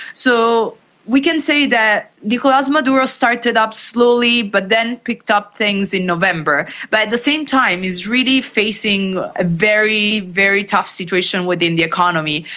so we can say that nicolas maduro started off slowly but then picked up things in november. but at the same time he's really facing a very, very tough situation within the economy.